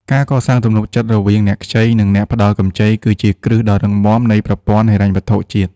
ការកសាងទំនុកចិត្តរវាងអ្នកខ្ចី និងអ្នកផ្ដល់កម្ចី គឺជាគ្រឹះដ៏រឹងមាំនៃប្រព័ន្ធហិរញ្ញវត្ថុជាតិ។